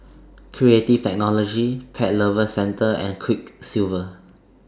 Creative Technology Pet Lovers Centre and Quiksilver